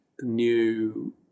new